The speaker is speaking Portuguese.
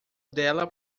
dela